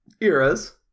eras